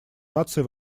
наций